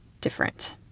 different